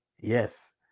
Yes